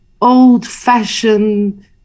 old-fashioned